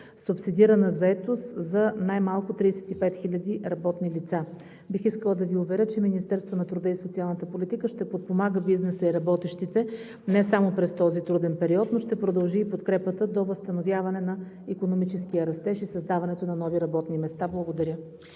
субсидирана заетост за най-малко 35 хиляди работни лица. Бих искала да Ви уверя, че Министерството на труда и социалната политика ще подпомага бизнеса и работещите не само през този труден период, но ще продължи и подкрепата до възстановяване на икономическия растеж и създаването на нови работни места. Благодаря.